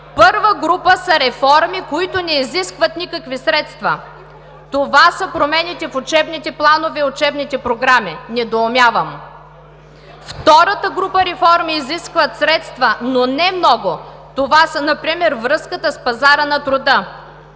„Първа група са реформи, които не изискват никакви средства. Това са промените в учебните планове и учебните програми“ – недоумявам. „Втората група реформи изискват средства, но не много“ – това е например връзката с пазара на труда.